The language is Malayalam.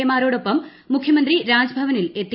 എ മാരോടൊപ്പം മുഖ്യമന്ത്രി രാജ്ഭവനിൽ എത്തി